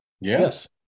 Yes